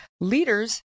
leaders